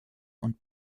und